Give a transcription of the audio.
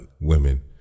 women